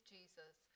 Jesus